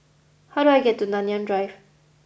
how do I get to Nanyang Drive